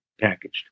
packaged